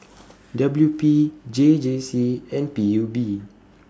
W P J J C and P U B